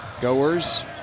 Goers